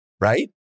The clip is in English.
right